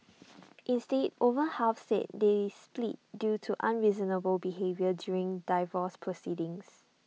instead over half said they split due to unreasonable behaviour during divorce proceedings